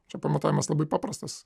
čia pamatavimas labai paprastas